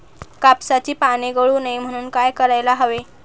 कापसाची पाने गळू नये म्हणून काय करायला हवे?